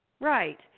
right